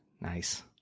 Nice